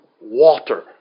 water